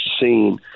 seen